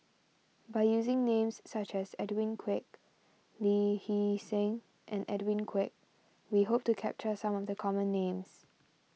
by using names such as Edwin Koek Lee Hee Seng and Edwin Koek we hope to capture some of the common names